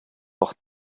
noch